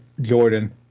Jordan